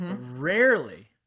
rarely